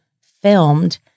filmed